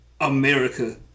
America